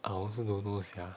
I also don't know sia